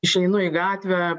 išeinu į gatvę